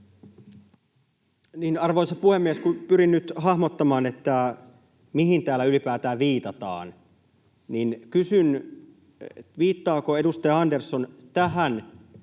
Arvoisa puhemies! Kun pyrin nyt hahmottamaan, mihin täällä ylipäätään viitataan, niin kysyn, viittaako edustaja Andersson tähän